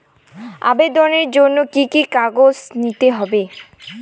আবেদনের জন্য কি কি কাগজ নিতে হবে?